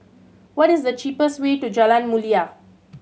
what is the cheapest way to Jalan Mulia